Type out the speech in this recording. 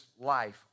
life